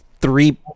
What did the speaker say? three